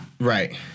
Right